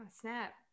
snap